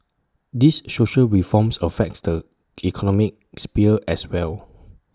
these social reforms affects the economic sphere as well